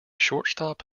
shortstop